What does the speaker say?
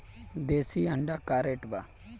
देशी अंडा का रेट बा?